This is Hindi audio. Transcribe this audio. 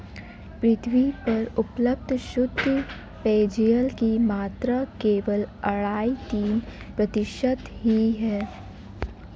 पृथ्वी पर उपलब्ध शुद्ध पेजयल की मात्रा केवल अढ़ाई तीन प्रतिशत ही है